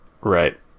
Right